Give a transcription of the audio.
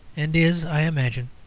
and is, i imagine,